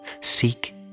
seek